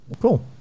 Cool